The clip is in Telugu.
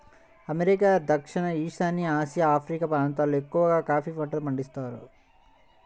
అమెరికా, దక్షిణ ఈశాన్య ఆసియా, ఆఫ్రికా ప్రాంతాలల్లో ఎక్కవగా కాఫీ పంటను పండిత్తారంట